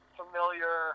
familiar –